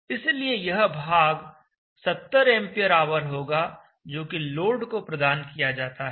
इसलिए यह भाग 70 एंपियर आवर होगा जोकि लोड को प्रदान किया जाता है